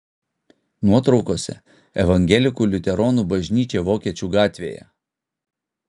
nuotraukose evangelikų liuteronų bažnyčia vokiečių gatvėje